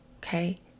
okay